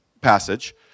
passage